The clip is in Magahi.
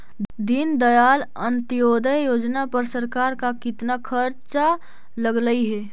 दीनदयाल अंत्योदय योजना पर सरकार का कितना खर्चा लगलई हे